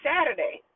Saturday